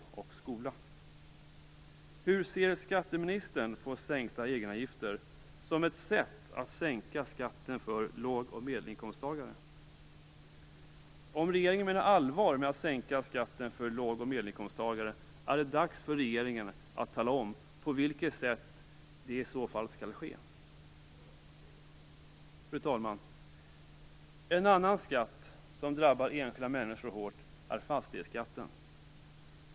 Fru talman!